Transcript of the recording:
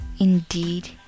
indeed